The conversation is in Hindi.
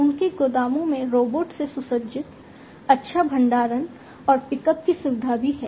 उनके गोदामों में रोबोट से सुसज्जित अच्छा भंडारण और पिकअप की सुविधा भी है